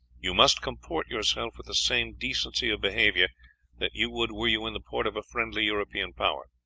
you must comport yourselves with the same decency of behavior that you would were you in the port of a friendly european power.